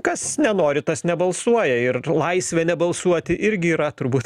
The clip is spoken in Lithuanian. kas nenori tas nebalsuoja ir laisvė nebalsuoti irgi yra turbūt